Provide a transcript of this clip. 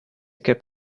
cup